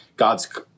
God's